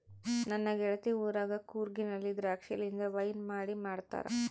ನನ್ನ ಗೆಳತಿ ಊರಗ ಕೂರ್ಗಿನಲ್ಲಿ ದ್ರಾಕ್ಷಿಲಿಂದ ವೈನ್ ಮಾಡಿ ಮಾಡ್ತಾರ